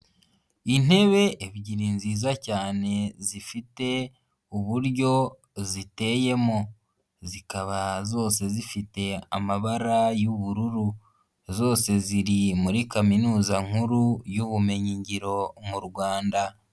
Intebe ebyiri nziza cyane zifite uburyo ziteyemo zikaba zose zifite amabara y'ubururu zose ziri muri Kaminuza nkuru y'ubumenyingiro mu Rwanda.